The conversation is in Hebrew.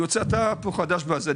אתה חדש.